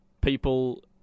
people